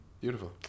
Beautiful